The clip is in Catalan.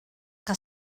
que